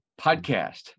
podcast